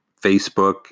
Facebook